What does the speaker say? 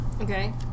Okay